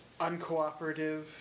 uncooperative